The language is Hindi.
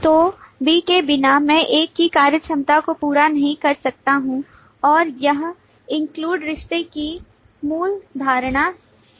तो B के बिना मैं A की कार्यक्षमता को पूरा नहीं कर सकता हूं और यह include रिश्ते की मूल धारणा है